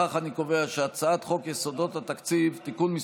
לפיכך אני קובע שהצעת חוק יסודות התקציב (תיקון מס'